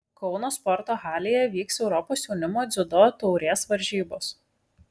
kauno sporto halėje vyks europos jaunimo dziudo taurės varžybos